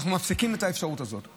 אנחנו מפסיקים את האפשרות הזאת.